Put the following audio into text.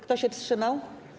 Kto się wstrzymał?